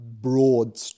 broad